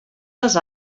les